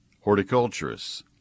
horticulturists